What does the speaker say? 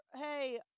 hey